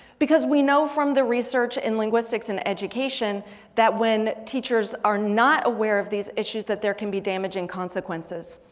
because we know from the research in linguistics and education that when teachers are not aware of these issues that there can be damaging consequences.